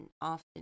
often